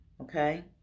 Okay